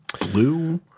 Blue